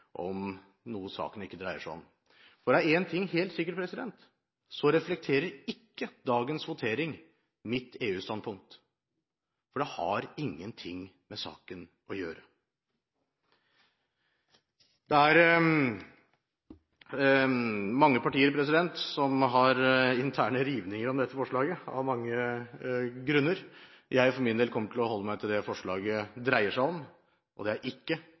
om noe saken ikke dreier seg om. For det er én ting som er helt sikkert: Dagens votering reflekterer ikke mitt EU-standpunkt, for det har ingenting med saken å gjøre. Det er mange partier som har interne rivninger om dette forslaget, av mange grunner. Jeg for min del kommer til å holde meg til det forslaget dreier seg om, og det er ikke